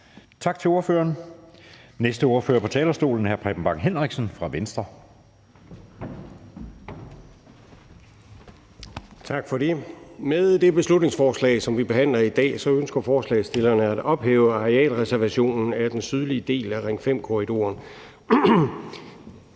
fra Venstre. Kl. 17:30 (Ordfører) Preben Bang Henriksen (V): Tak for det. Med det beslutningsforslag, som vi behandler i dag, ønsker forslagsstillerne at ophæve arealreservationerne af den sydlige del af Ring 5-korridoren.